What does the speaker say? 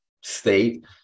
state